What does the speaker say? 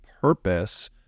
purpose